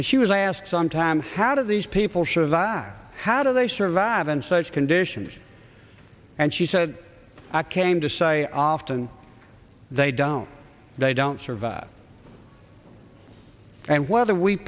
and she was asked some time how do these people survive how do they survive in such conditions and she said i came to say often they don't they don't survive and whether we